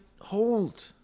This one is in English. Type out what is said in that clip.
hold